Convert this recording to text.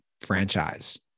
franchise